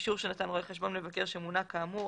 אישור שנתן רואה חשבון מבקר שמונה כאמור,